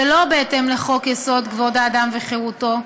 שלא בהתאם לחוק-יסוד: כבוד האדם וחירותו,